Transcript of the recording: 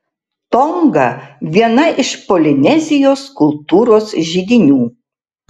tonga viena iš polinezijos kultūros židinių